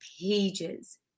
pages